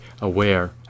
aware